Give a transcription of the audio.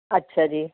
ਅੱਛਾ ਜੀ